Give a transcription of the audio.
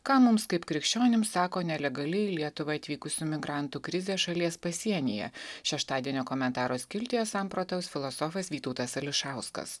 ką mums kaip krikščionims sako nelegaliai į lietuvą atvykusių migrantų krizė šalies pasienyje šeštadienio komentaro skiltyje samprotaus filosofas vytautas ališauskas